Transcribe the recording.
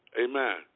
amen